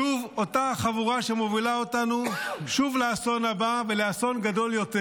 שוב אותה חבורה שמובילה אותנו שוב לאסון הבא ולאסון גדול יותר.